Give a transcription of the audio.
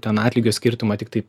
ten atlygio skirtumą tiktai